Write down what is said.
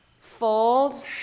fold